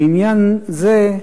לעניין זה,